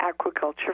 aquaculture